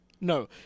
No